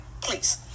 please